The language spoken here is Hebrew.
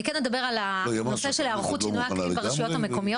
אני כן אדבר על הנושא של היערכות שינויי האקלים ברשויות המקומיות.